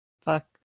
fuck